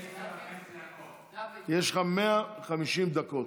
יש לך 150 דקות.